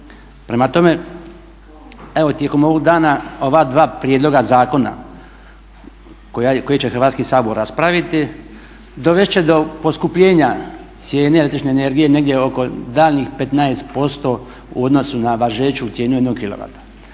Prema tome, evo tijekom ovog dana ova dva prijedloga zakona koji će Hrvatski sabor raspraviti dovest će do poskupljenja cijene električne energije negdje oko daljnjih 15% u odnosu na važeću cijenu